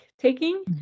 taking